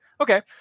Okay